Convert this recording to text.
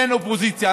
אין אופוזיציה,